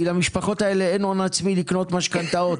כי למשפחות האלה אין הון עצמי לקנות משכנתאות.